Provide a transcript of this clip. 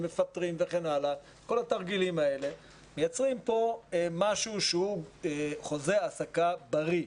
מפטרים וכל התרגילים האלה ומייצרים כאן משהו שהוא חוזה העסקה בריא,